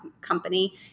company